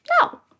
no